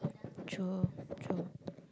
true true